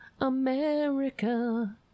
America